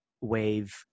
wave